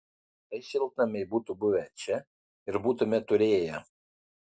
tai šiltnamiai būtų buvę čia ir būtumėme turėję